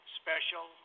special